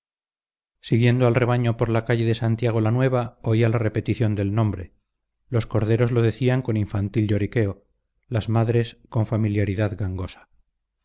siguiendo al rebaño por la calle de santiago la nueva oía la repetición del nombre los corderos lo decían con infantil lloriqueo las madres con familiaridad gangosa